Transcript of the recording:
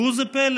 ראו זה פלא,